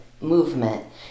movement